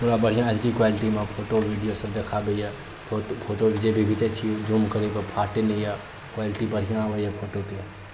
पूरा बढ़िऑं H D क्वॉलिटीमे फोटो वीडियो सभ देखाबैया फोटो जे भी घीचै छियै ज़ूम करय पर फाटै नहि अछि क्वॉलिटी बढ़िऑं आबैया फोटोके